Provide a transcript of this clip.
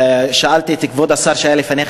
שאלתי את כבוד השר שהיה לפניך,